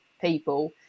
people